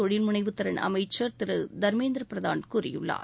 தொழில்முனைவுத் திறன் அமைச்சர் திரு தர்மேந்திர பிரதான் கூறியிருக்கிறார்